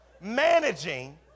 managing